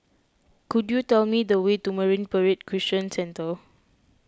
could you tell me the way to Marine Parade Christian Centre